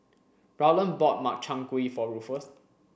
Rowland bought Makchang Gui for Rufus